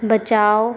बचाओ